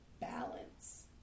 balance